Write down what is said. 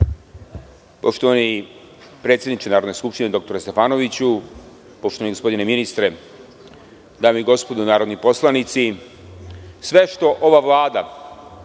Poštovani predsedniče Narodne skupštine dr Stefanoviću, poštovani gospodine ministre, dame i gospodo narodni poslanici, sve što ova Vlada